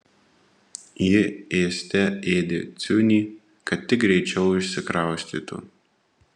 ji ėste ėdė ciunį kad tik greičiau išsikraustytų